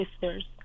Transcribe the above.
sisters